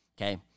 Okay